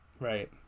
right